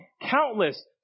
countless